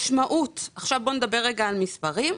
בוא נדבר על מספרים.